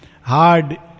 Hard